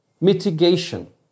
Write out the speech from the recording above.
mitigation